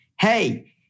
hey